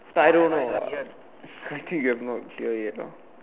but I don't know I think you have not hear it lo